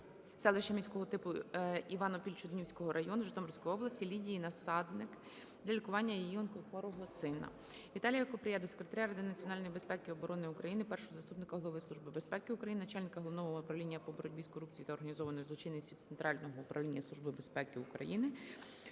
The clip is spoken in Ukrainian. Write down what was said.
селища міського типу Іванопіль Чуднівського району, Житомирської області Лідії Насадник для лікування її онкохворого сина. Віталія Купрія до Секретаря Ради національної безпеки і оборони України, першого заступника Голови Служби безпеки України - начальника Головного управління по боротьбі з корупцією та організованою злочинністю Центрального управління Служби безпеки України